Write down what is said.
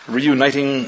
Reuniting